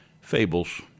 Fables